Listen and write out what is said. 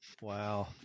Wow